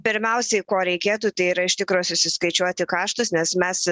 pirmiausiai ko reikėtų tai yra iš tikro susiskaičiuoti kaštus nes mes